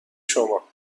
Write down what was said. شما